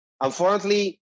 unfortunately